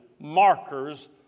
markers